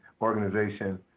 organization